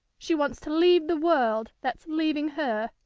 she wants to leave the world, that's leaving her,